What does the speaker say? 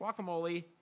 guacamole